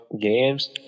games